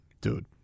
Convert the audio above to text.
Dude